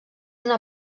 una